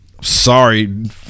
Sorry